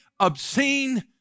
obscene